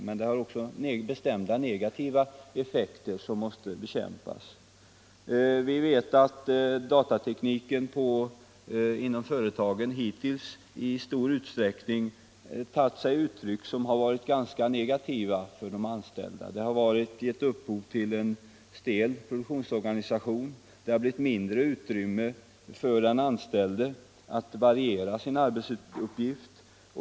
Men den har också bestämda negativa effekter som måste bekämpas. Vi vet att datatekniken inom företagen hittills i stor utsträckning tagit sig uttryck som varit ganska negativa för de anställda. Detta har givit upphov till en stel produktionsorganisation, och det har blivit mindre utrymme för den anställde att variera sin arbetsuppgift.